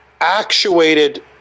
actuated